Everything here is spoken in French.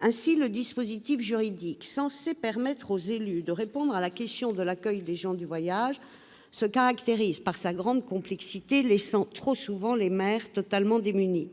Ainsi, le dispositif juridique censé permettre aux élus de répondre à la question de l'accueil des gens du voyage se caractérise par sa grande complexité, laissant, trop souvent, les maires totalement démunis.